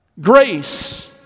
Grace